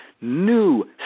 new